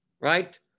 right